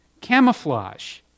camouflage